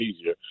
easier